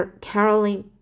Caroline